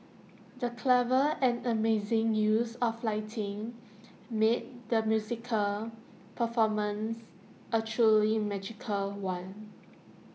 the clever and amazing use of lighting made the musical performance A truly magical one